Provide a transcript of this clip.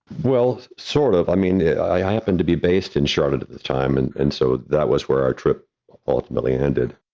well, sort of. i mean, i happened to be based in charlotte at the time. and and so that was where our trip ultimately ended.